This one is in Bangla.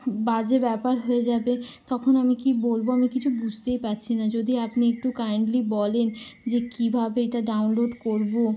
বাজে ব্যাপার হয়ে যাবে তখন আমি কী বলবো আমি কিছু বুঝতেই পারছি না যদি আপনি একটু কাইন্ডলি বলেন যে কিভাবে এটা ডাউনলোড করবো